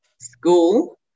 School